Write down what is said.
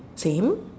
same